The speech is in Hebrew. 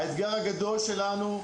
האתגר הגדול שלנו,